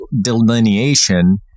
delineation